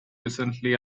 recently